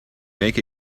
make